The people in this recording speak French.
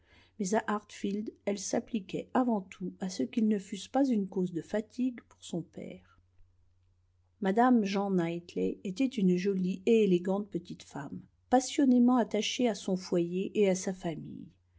mais à hartfield elle s'appliquait avant tout à ce qu'ils ne fussent pas une cause de fatigue pour son père mme jean knightley était une jolie et élégante petite femme passionnément attachée à son foyer et à sa famille